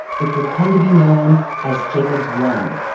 which would come to be known as jacobs one,